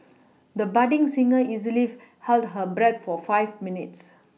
the budding singer easily held her breath for five minutes